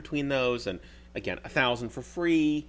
between those and again a thousand for free